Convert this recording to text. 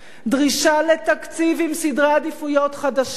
דרישה לתקציב עם סדרי עדיפויות חדשים.